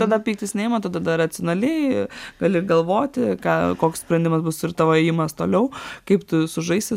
tada pyktis neima tada dar racionaliai gali galvoti ką koks sprendimas bus ir tavo ėjimas toliau kaip tu sužaisi